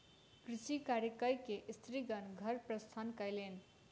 कृषि कार्य कय के स्त्रीगण घर प्रस्थान कयलैन